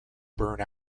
burn